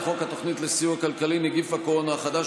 התוכנית לסיוע כלכלי (נגיף הקורונה החדש,